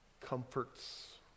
comforts